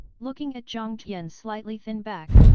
looking at jiang tian's slightly thin back,